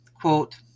quote